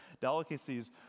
delicacies